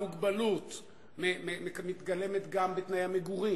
המוגבלות מתגלמת גם בתנאי המגורים,